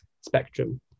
spectrum